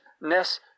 Ness